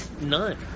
None